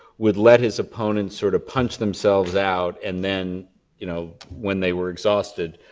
would let his opponent sort of punch themselves out and then you know when they were exhausted,